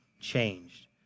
changed